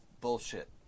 bullshit